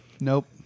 Nope